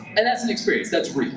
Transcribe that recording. and that's an experience, that's real.